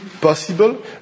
possible